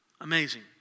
Amazing